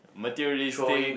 materialistic